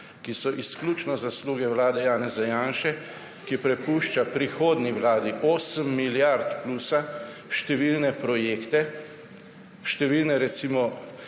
ki so izključno zasluge vlade Janeza Janše, ki prepušča prihodnji vladi 8 milijard plusa, številne projekte, številne začete